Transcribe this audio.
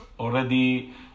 Already